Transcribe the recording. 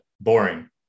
boring